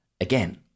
again